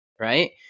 right